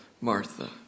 Martha